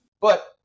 But-